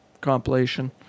compilation